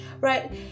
Right